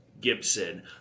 Gibson